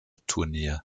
turnier